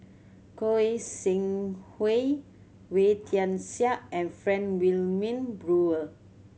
Goi Seng Hui Wee Tian Siak and Frank Wilmin Brewer